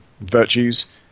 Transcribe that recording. virtues